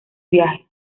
viaje